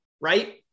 right